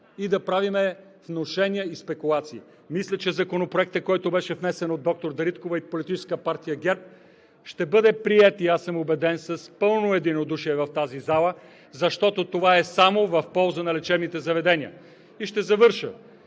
и да правим внушения и спекулации. Мисля, че Законопроектът, който беше внесен от доктор Дариткова и Политическа партия ГЕРБ, ще бъде приет – и аз съм убеден, с пълно единодушие в тази зала, защото това е само в полза на лечебните заведения. И ще завърша.